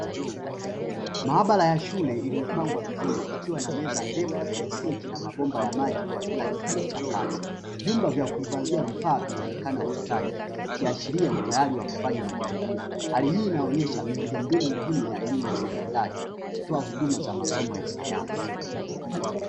Maabara ya shule iliyopangwa vizuri ikiwa na meza ndefu zenye sinki na mabomba ya maji kwa kila kituo cha kazi, vyumba vya kuifadhia vifaa vinaonekana ukutani ikiashiria utayari wa kufanya majaribio, hali hii inaonyesha miundombinu muhimu ya elimu ya sekondari ikitoa huduma za masomo ya sayansi.